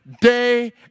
day